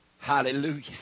Hallelujah